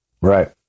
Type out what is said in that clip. right